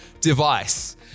device